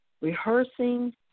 rehearsing